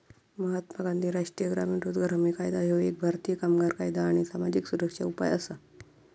महात्मा गांधी राष्ट्रीय ग्रामीण रोजगार हमी कायदा ह्यो एक भारतीय कामगार कायदा आणि सामाजिक सुरक्षा उपाय असा